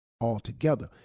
altogether